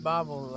Bible